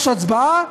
יש הצבעה,